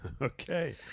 okay